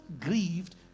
grieved